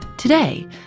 Today